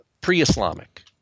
pre-Islamic